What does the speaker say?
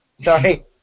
Sorry